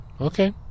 Okay